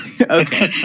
Okay